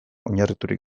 oinarriturik